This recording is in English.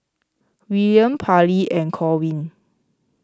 Willaim Parlee and Corwin